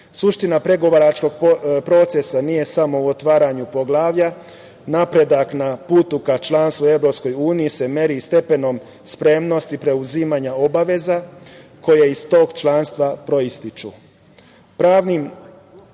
regiji. Suština pregovaračkog procesa nije samo u otvaranju poglavlja, napredak na putu ka članstvu EU se meri stepenom spremnosti preuzimanja obaveza, koje iz tog članstva proističu. Pravnim